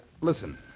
Listen